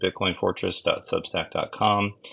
bitcoinfortress.substack.com